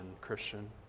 Christian